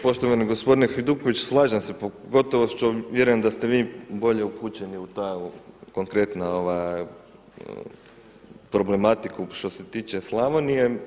Poštovani gospodine Hajduković, slažem se pogotovo što vjerujem da ste vi bolje upućeni u ta konkretna problematiku što se tiče Slavonije.